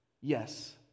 Yes